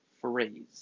phrase